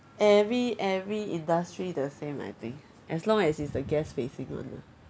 every every industry the same I think as long as it's a guest-facing [one] ah